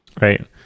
Right